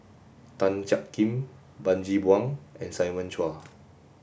Tan Jiak Kim Bani Buang and Simon Chua